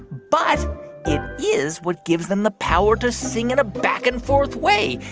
but it is what gives them the power to sing in a back-and-forth way,